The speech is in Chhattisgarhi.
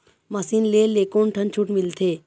मशीन ले ले कोन ठन छूट मिलथे?